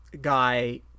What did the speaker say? guy